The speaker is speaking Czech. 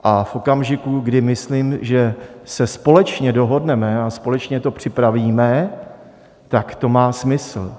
A v okamžiku, kdy myslím, že se společně dohodneme a společně to připravíme, tak to má smysl.